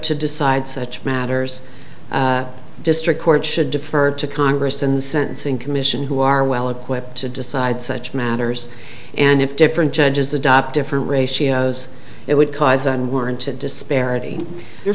to decide such matters district court should defer to congress in the sentencing commission who are well equipped to decide such matters and if different judges adopt different ratios it would cause unwarranted disparity there